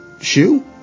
shoe